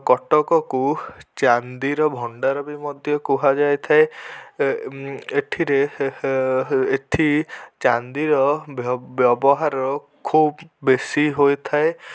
କଟକକୁ ଚାନ୍ଦିର ଭଣ୍ଡାର ବି ମଧ୍ୟ କୁହାଯାଇଥାଏ ଏଥିରେ ଏଇଠି ଚାନ୍ଦିର ବ୍ୟବହାର ଖୁବ୍ ବେଶୀ ହୋଇଥାଏ